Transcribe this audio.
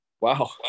Wow